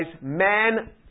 man